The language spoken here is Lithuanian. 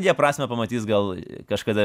jie prasmę pamatys gal kažkada